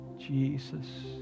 Jesus